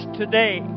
today